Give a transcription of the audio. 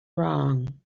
wrong